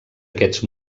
aquests